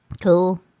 Cool